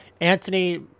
Anthony